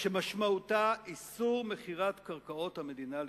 שמשמעותה איסור מכירת קרקעות המדינה לצמיתות.